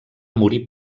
morir